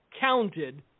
counted